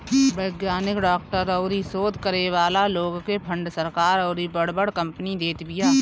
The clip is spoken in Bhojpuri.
वैज्ञानिक, डॉक्टर अउरी शोध करे वाला लोग के फंड सरकार अउरी बड़ बड़ कंपनी देत बिया